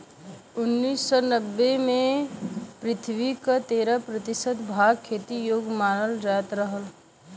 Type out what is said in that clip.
उन्नीस सौ नब्बे में पृथ्वी क तेरह प्रतिशत भाग खेती योग्य मानल जात रहल